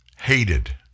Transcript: hated